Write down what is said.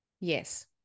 yes